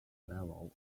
level